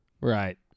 Right